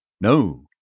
No